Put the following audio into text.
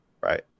right